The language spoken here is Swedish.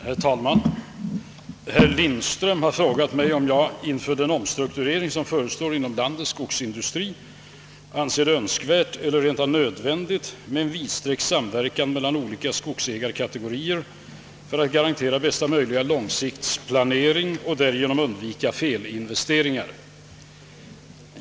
Herr talman! Herr Lindström har frågat mig om jag — inför den omstrukturering som förestår inom landets skogsindustri — anser det önskvärt eller rent av nödvändigt med en vidsträckt samverkan mellan olika skogsägarkategorier för att garantera bästa möjliga långsiktsplanering och därigenom undvika felinvesteringar.